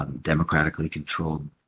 democratically-controlled